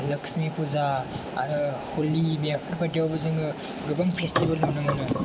लोख्समि फुजा आरो हलि बेफोरबायदियावबो जोङो गोबां फेस्टिबोल नुनोमोनो